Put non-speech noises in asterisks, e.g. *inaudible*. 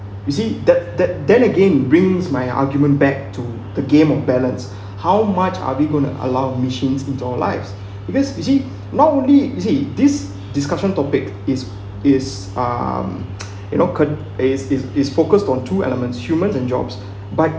you see that that then again brings my argument back to the game of balance *breath* how much are we going to allow machines into our lives *breath* because you see now only this discussion topic is is um *noise* you know can is is is focused on two elements humans and jobs but